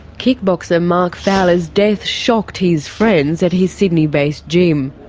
kickboxer mark fowler's death shocked his friends at his sydney based gym.